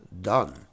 Done